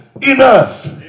enough